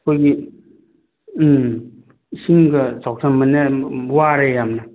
ꯑꯩꯈꯣꯏꯒꯤ ꯎꯝ ꯏꯁꯤꯡꯒ ꯆꯥꯎꯁꯤꯟꯕꯅꯦ ꯋꯥꯔꯦ ꯌꯥꯝꯅ